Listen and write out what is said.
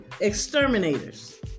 Exterminators